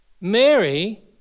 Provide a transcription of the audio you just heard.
Mary